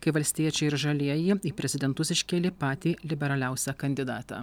kai valstiečiai ir žalieji į prezidentus iškėlė patį liberaliausią kandidatą